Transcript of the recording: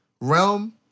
realm